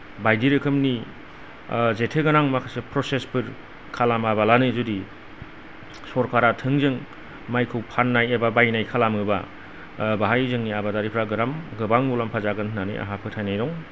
बायदि रोखोमनि जेथो गोनां माखासे प्रसेसफोर खालामाबालानो जुदि सरकारा थोंजों माइखौ फान्नाय एबा बायनाय खालामोबा बाहाय जोंनि आबादारिफ्रा गोहोम गोबां मुलाम्फा जागोन होन्नानै आंहा फोथायनाय दं